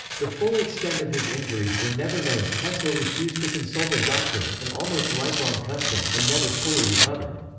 the full extent of his injuries were never known tesla refused to consult a doctor, an almost lifelong custom, and never fully recovered.